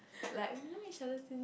like we know each other since